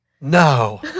no